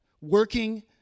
Working